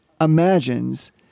imagines